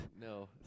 No